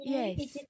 Yes